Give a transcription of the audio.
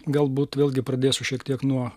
galbūt vėlgi pradėsiu šiek tiek nuo